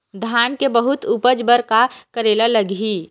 धान के बहुत उपज बर का करेला लगही?